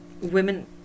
women